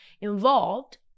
involved